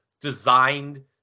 designed